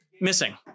missing